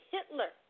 Hitler